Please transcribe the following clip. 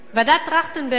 ועדת-טרכטנברג,